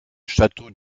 châteaux